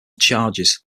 charges